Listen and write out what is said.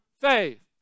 faith